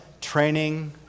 training